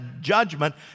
judgment